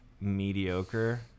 mediocre